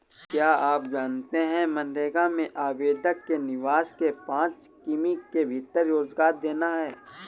आप जानते है मनरेगा में आवेदक के निवास के पांच किमी के भीतर रोजगार देना है?